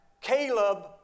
Caleb